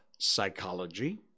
psychology